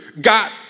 got